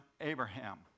Abraham